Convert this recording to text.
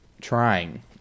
trying